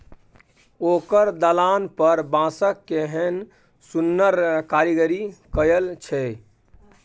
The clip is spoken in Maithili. ओकर दलान पर बांसक केहन सुन्नर कारीगरी कएल छै